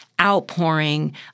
outpouring